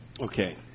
Okay